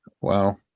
Wow